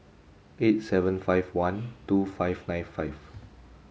eight seven five one two five nine five